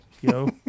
Yo